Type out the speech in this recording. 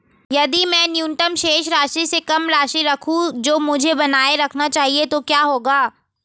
यदि मैं न्यूनतम शेष राशि से कम राशि रखूं जो मुझे बनाए रखना चाहिए तो क्या होगा?